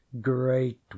great